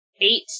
eight